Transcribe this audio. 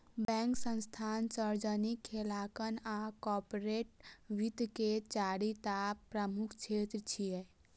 bank, संस्थान, सार्वजनिक लेखांकन आ कॉरपोरेट वित्त के चारि टा प्रमुख क्षेत्र छियै